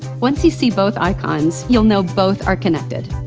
once you see both icons, you'll know both are connected,